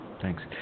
Thanks